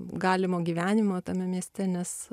galimo gyvenimo tame mieste nes